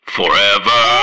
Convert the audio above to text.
forever